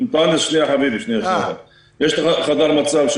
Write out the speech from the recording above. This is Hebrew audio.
יש לנו חדר מצב,